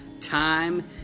time